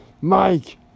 Mike